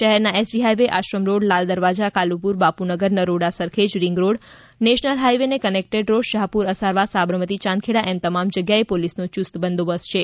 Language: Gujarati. શહેરના SG highway Ashram road Lal Darwaja Kalupur Bapunagar Naroda Sarkhej ring road national હાઈવેને કનેક્ટેડ રોડ શાહપુર અસારવા સાબરમતી યાંદખેડા એમ તમામ જગ્યાએ પોલીસનો યૂસ્ત બંદોબસ્ત છે